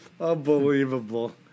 unbelievable